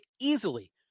easily